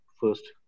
first